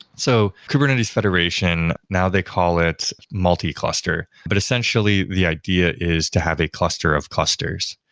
so kubernetes federation, now they call it multi-cluster. but essentially, the idea is to have a cluster of clusters.